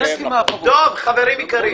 חברים יקרים.